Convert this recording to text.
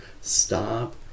stop